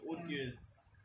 audience